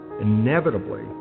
inevitably